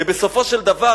ובסופו של דבר,